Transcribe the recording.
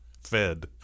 fed